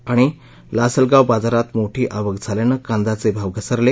आणि लासलगाव बाजारात मोठी आवक झाल्यानं काद्यांचे भाव घसरले